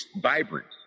vibrant